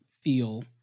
feel